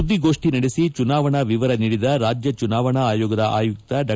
ಸುದ್ದಿಗೋಷ್ಟಿ ನಡೆಸಿ ಚುನಾವಣಾ ವಿವರ ನೀಡಿದ ರಾಜ್ಯ ಚುನಾವಣಾ ಆಯೋಗದ ಆಯುಕ್ತ ಡಾ